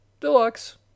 Deluxe